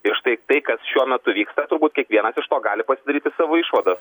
ir štai tai kas šiuo metu vyksta turbūt kiekvienas iš to gali pasidaryti savo išvadas